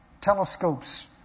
telescopes